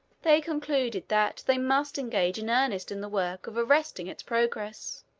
they concluded that they must engage in earnest in the work of arresting its progress.